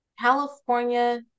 California